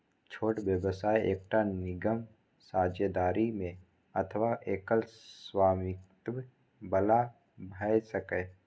छोट व्यवसाय एकटा निगम, साझेदारी मे अथवा एकल स्वामित्व बला भए सकैए